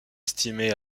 estimée